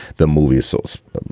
the movie source,